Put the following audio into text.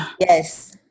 yes